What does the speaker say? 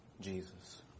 Jesus